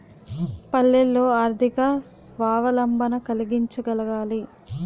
పల్లెల్లో ఆర్థిక స్వావలంబన కలిగించగలగాలి